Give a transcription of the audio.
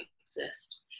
exist